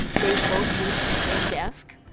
they both use the same desk.